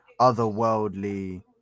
otherworldly